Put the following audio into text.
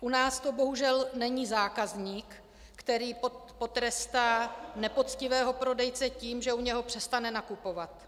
U nás to bohužel není zákazník, který potrestá nepoctivého prodejce tím, že u něj přestane nakupovat.